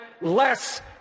less